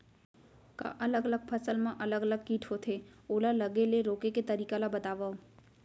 का अलग अलग फसल मा अलग अलग किट होथे, ओला लगे ले रोके के तरीका ला बतावव?